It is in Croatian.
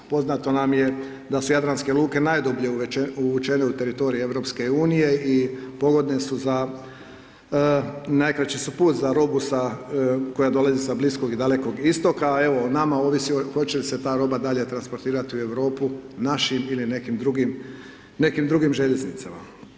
Poznato nam je da su jadranske luke najdublje uvučene u teritorij EU i pogodne su za najkraći su put za robu koja dolazi sa Bliskog i Dalekog istoka a evo o nama ovisi hoće li se ta roba dalje transportirati u Europu našim ili nekim drugim željeznicama.